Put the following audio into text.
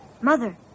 Mother